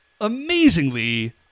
amazingly